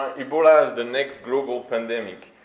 ebola is the next global pandemic.